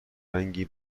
رنگی